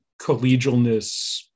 collegialness